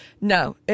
no